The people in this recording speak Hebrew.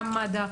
מד"א,